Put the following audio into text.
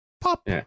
pop